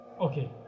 Okay